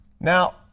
Now